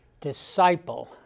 disciple